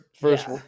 first